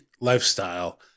lifestyle